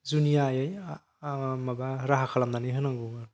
जुनियायै माबा राहा खालामनानै होनांगौ